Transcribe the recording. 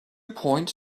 point